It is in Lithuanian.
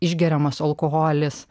išgeriamas alkoholis